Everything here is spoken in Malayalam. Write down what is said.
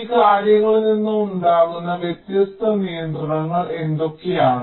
ഈ കാര്യങ്ങളിൽ നിന്ന് ഉണ്ടാകുന്ന വ്യത്യസ്ത നിയന്ത്രണങ്ങൾ എന്തൊക്കെയാണ്